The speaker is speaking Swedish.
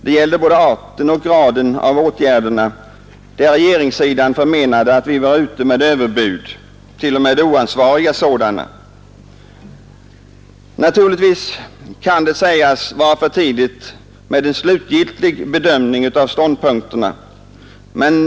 Det gällde både arten och graden av sådana där regeringssidan förmenade att vi var ute med överbud, t.o.m. oansvariga sådana. Naturligtvis kan det sägas vara för tidigt med en slutgiltig bedömning av ståndpunkterna.